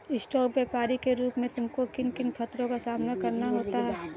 Stock व्यापरी के रूप में तुमको किन किन खतरों का सामना करना होता है?